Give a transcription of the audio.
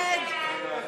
20, כהצעת הוועדה, נתקבל.